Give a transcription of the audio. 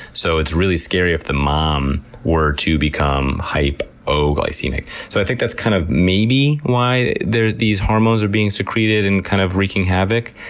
so it's really scary if the mom were to become hypoglycemic. i think that's kind of maybe why these hormones are being secreted and kind of wreaking havoc.